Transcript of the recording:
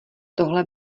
tohle